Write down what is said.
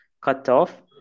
cutoff